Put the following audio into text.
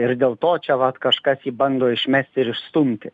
ir dėl to čia vat kažkas jį bando išmesti ir išstumti